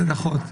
נכון.